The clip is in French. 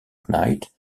knight